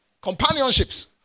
Companionships